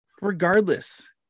Regardless